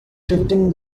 fifteen